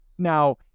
Now